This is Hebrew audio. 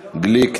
גליק,